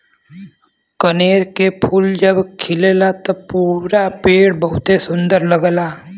कनेर के फूल जब खिलला त पूरा पेड़ बहुते सुंदर लगला